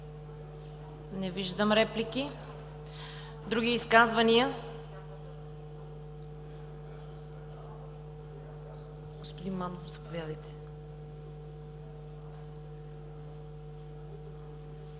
Не виждам. Други изказвания? Господин Манев, заповядайте.